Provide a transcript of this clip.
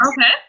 Okay